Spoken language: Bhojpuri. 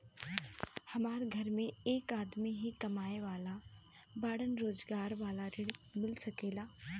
हमरा घर में एक आदमी ही कमाए वाला बाड़न रोजगार वाला ऋण मिल सके ला?